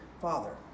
father